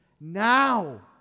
now